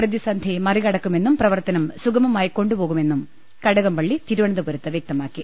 പ്രതിസന്ധി മറികടക്കു മെന്നും പ്രവർത്തനം സുഗമമായി കൊണ്ടുപോകുമെന്നും കടകംപള്ളി തിരുവനന്തപുരത്ത് വ്യക്തമാക്കി